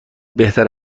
بهتر